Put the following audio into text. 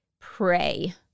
Pray